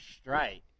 straight